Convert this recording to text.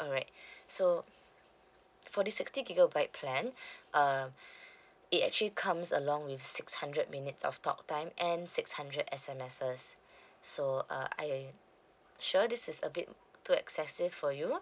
alright so for the sixty gigabyte plan uh it actually comes along with six hundred minutes of talk time and six hundred S_M_Ss so uh I uh sure this is a bit too excessive for you